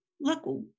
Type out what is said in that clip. look